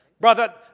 Brother